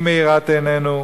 היא מאירת עינינו,